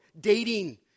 dating